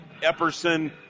Epperson